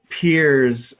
peers